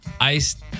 iced